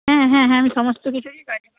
হ্যাঁ হ্যাঁ হ্যাঁ আমি সমস্ত কিছুরই কাজ